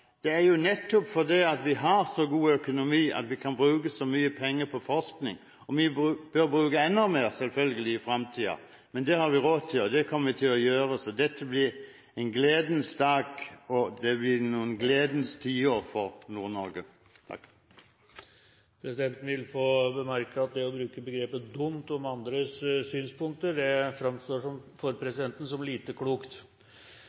Det er nettopp fordi vi har så god økonomi at vi kan bruke så mye penger på forskning. Vi bør selvfølgelig bruke enda mer i fremtiden, det har vi råd til, og det kommer vi til å gjøre. Dette blir en gledens dag, og det vil bli noen gledens tiår for Nord-Norge. Presidenten vil få bemerke at det å bruke begrepet «dumt» om andres synspunkter framstår for presidenten som lite klokt. Jeg har behov for